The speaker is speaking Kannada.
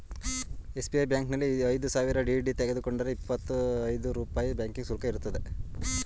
ಎಸ್.ಬಿ.ಐ ಬ್ಯಾಂಕಿನಲ್ಲಿ ಐದು ಸಾವಿರ ಡಿ.ಡಿ ತೆಗೆದುಕೊಂಡರೆ ಇಪ್ಪತ್ತಾ ಐದು ರೂಪಾಯಿ ಬ್ಯಾಂಕಿಂಗ್ ಶುಲ್ಕ ಇರುತ್ತದೆ